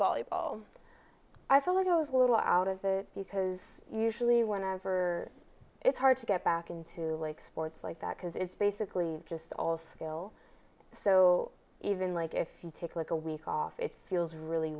volleyball i thought i was a little out of that because usually when i ever it's hard to get back into like sports like that because it's basically just all skill so even like if you take like a week off it feels really